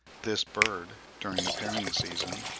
this bird, during the pairing-season,